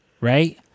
right